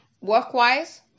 work-wise